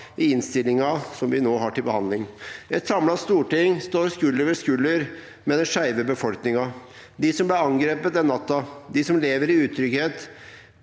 i innstillingen vi nå har til behandling. Et samlet storting står skulder ved skulder med den skei ve befolkningen – de som ble angrepet den natta, de som lever i utrygghet.